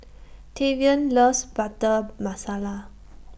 Tavion loves Butter Masala